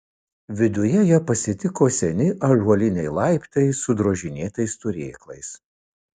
viduje ją pasitiko seni ąžuoliniai laiptai su drožinėtais turėklais